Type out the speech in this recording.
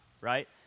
right